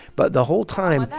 but the whole time,